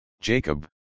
Jacob